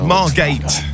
Margate